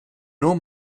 nur